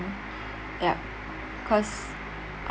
yup because